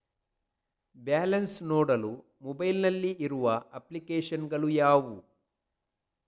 Balance ನೋಡಲು mobile ನಲ್ಲಿ ಇರುವ ಅಪ್ಲಿಕೇಶನ್ ಗಳು ಯಾವುವು?